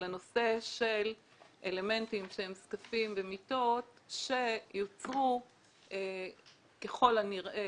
לנושא של אלמנטים שהם זקפים ומיטות שיוצרו ככל הנראה